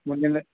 ಮುಂಜಾಲೆ